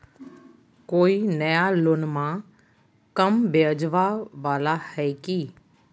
कोइ नया लोनमा कम ब्याजवा वाला हय की?